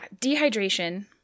dehydration